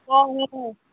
हय हय